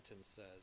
says